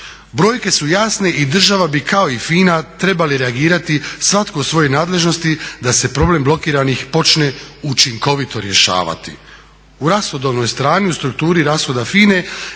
Brojke su jasne i država bi kao i FINA trebali reagirati svatko u svojoj nadležnosti da se problem blokiranih počne učinkovito rješavati. U rashodovnoj strani u strukturi rashoda